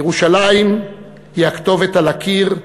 ירושלים היא הכתובת על הקיר,